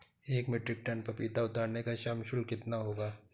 एक metric ton पपीता उतारने का श्रम शुल्क कितना होगा?